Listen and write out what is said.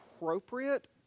appropriate